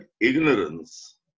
ignorance